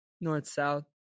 North-South